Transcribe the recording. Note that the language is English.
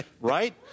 right